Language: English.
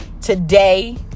Today